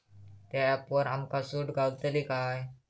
त्या ऍपवर आमका सूट गावतली काय?